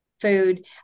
food